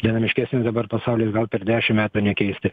dinamškesnis dabar pasaulyje per dešimt metų nekeisti